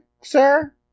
sir